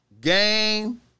Game